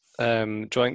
joint